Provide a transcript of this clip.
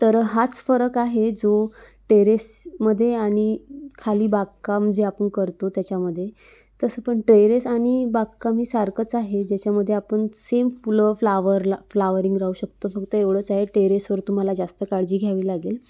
तर हाच फरक आहे जो टेरेसमध्ये आणि खाली बागकाम जे आपण करतो त्याच्यामध्ये तसं पण टेरेस आणि बागकामही सारखंच आहे ज्याच्यामध्ये आपण सेम फुलं फ्लावरला फ्लाॉवरिंग राहू शकतो फक्त एवढंच आहे टेरेसवर तुम्हाला जास्त काळजी घ्यावी लागेल